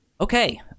okay